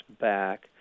back